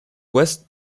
west